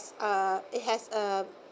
uh it has a